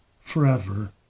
forever